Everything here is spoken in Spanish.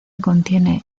contiene